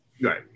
Right